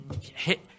hit